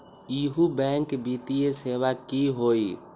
इहु बैंक वित्तीय सेवा की होई?